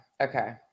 Okay